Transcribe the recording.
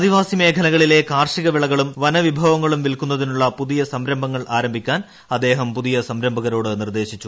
ആദിവാസി മേഖലകളിലെ കാർഷിക വിളകളും വന വിഭവങ്ങളും വിൽക്കുന്നതിനുള്ള പുതിയ സംരംഭങ്ങൾ ആരംഭിക്കാൻ അദ്ദേഹം പുതിയ സംരംഭകരോട് നിർദ്ദേശിച്ചു